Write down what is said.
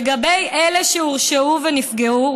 לגבי אלה שהורשעו ונפגעו,